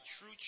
true